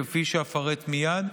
כפי שאפרט מייד.